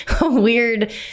weird